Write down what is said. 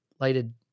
lighted